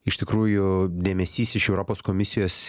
iš tikrųjų dėmesys iš europos komisijos